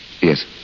Yes